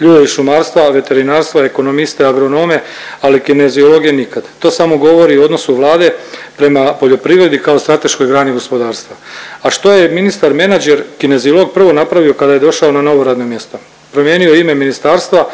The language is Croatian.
ljude iz šumarstva, veterinarstva, ekonomiste, agronome, ali kineziologe nikad, to samo govori o odnosu Vlade prema poljoprivredi kao strateškoj grani gospodarstva. A što je ministar menadžer kineziolog prvo napravio kada je došao na novo radno mjesto? Promijenio je ime Ministarstva